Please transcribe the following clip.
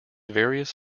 various